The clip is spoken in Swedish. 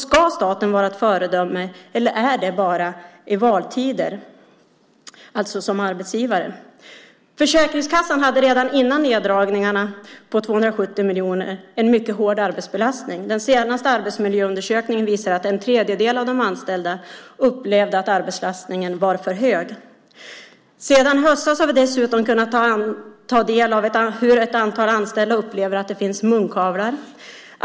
Ska staten vara ett föredöme som arbetsgivare eller är det bara i valtider? Försäkringskassan hade redan innan neddragningarna på 270 miljoner en mycket hård arbetsbelastning. Den senaste arbetsmiljöundersökningen visar att en tredjedel av de anställda upplevde att arbetsbelastningen var för hög. Sedan i höstas har vi dessutom kunnat ta del av hur ett antal anställda upplever att det finns munkavlar.